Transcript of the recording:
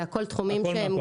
הכול תחומים כאלה,